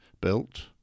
built